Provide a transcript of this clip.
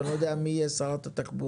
ואני לא יודע מי יהיה שרת התחבורה.